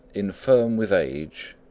infirm with age,